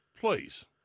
Please